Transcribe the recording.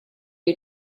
you